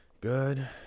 Good